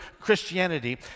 Christianity